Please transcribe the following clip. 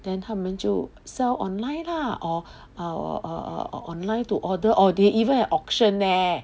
then 他们就 sell online lah or err err online to order or they even have auction leh